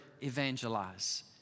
evangelize